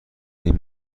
این